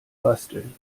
basteln